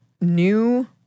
new